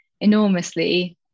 enormously